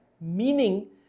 Meaning